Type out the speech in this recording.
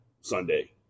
Sunday